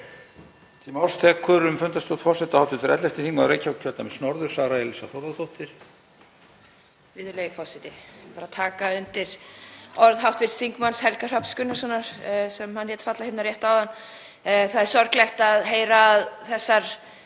Það er sorglegt að heyra að þessar